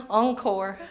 encore